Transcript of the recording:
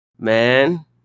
man